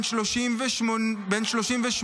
בן 38,